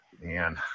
man